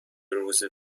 روزه